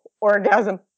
orgasm